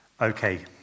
Okay